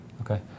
okay